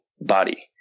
body